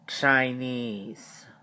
Chinese